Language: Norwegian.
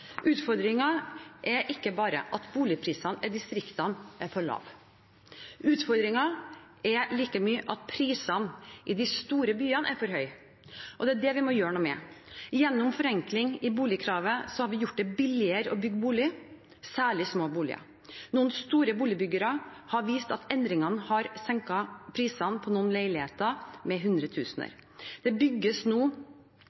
er ikke bare at boligprisene i distriktene er for lave. Utfordringen er like mye at prisene i de store byene er for høye, og det er det vi må gjøre noe med. Gjennom forenklinger i boligkravene har vi gjort det billigere å bygge boliger, særlig små boliger. Noen store boligbyggere har vist at endringene har senket prisen på noen leiligheter med